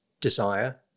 desire